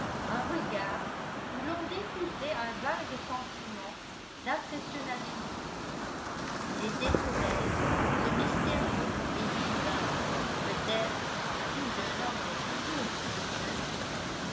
un regard où l'on découvrait un vague sentiment d'impressionnabilité il était pour elle ce mystérieux et divin peut-être que tout jeune homme est toujours pour une jeune fille